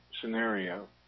scenario